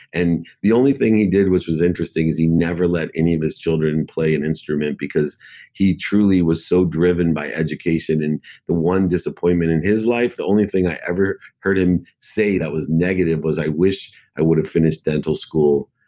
and the only thing he did, which was interesting, is he never let any of his children play an instrument, because he truly was so driven by education. and the one disappointment in his life, the only thing i ever heard him say that was negative was, i wish i would have finished dental school.